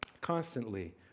constantly